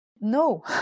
No